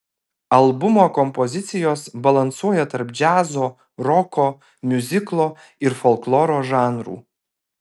albumo kompozicijos balansuoja tarp džiazo roko miuziklo ir folkloro žanrų